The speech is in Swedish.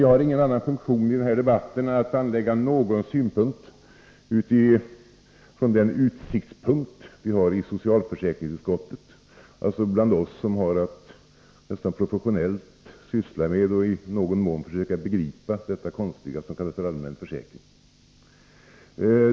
Jag har ingen annan funktion i denna debatt än att anlägga någon aspekt från den utsiktspunkt som vi har i socialförsäkringsutskottet, dvs. från oss som har att nästan professionellt syssla med och försöka begripa detta konstiga som kallas allmän försäkring.